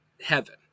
heaven